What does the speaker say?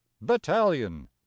Battalion